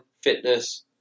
fitness